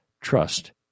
trust